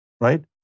right